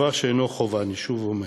דבר שאינו חובה, אני שוב אומר.